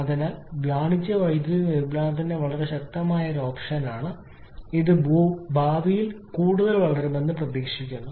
അതിനാൽ വാണിജ്യ വൈദ്യുതി ഉൽപാദനത്തിന്റെ വളരെ ശക്തമായ ഒരു ഓപ്ഷനാണ് ഇത് ഭാവിയിൽ കൂടുതൽ വളരുമെന്ന് പ്രതീക്ഷിക്കുന്നു